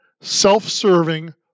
self-serving